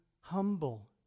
humble